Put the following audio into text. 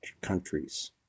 countries